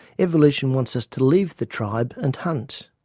evolution wants us to leave the tribe and hunt.